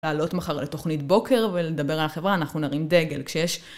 לעלות מחר לתוכנית בוקר ולדבר על החברה, אנחנו נרים דגל. כשיש